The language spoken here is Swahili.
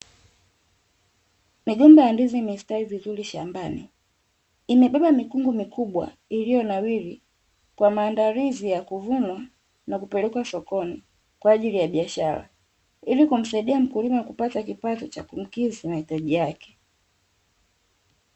Migomba ya ndizi imestawi vizuri shambani, imebeba mikungu mikubwa iliyonawiri kwa maandalizi ya kuvunwa na kupelekwa sokoni kwa ajili ya biashara, ili kumsaidia mkulima kupata kipato cha kumkidhi mahitaji yake.